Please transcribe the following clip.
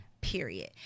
period